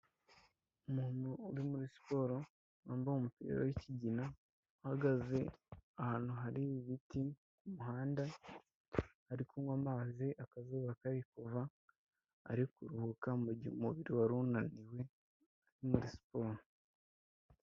Umuntu uri muri siporo wambaye umupira w'ikigina, uhagaze ahantu hari ibiti ku muhanda ari kunywa amazi, akazuba kari kuva, ari kuruhuka mu gihe umubiri wari unaniwe ari muri siporo.